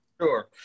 sure